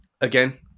again